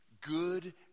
good